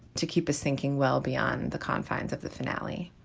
to keep us thinking well beyond the confines of the finale